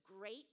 great